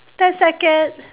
ten second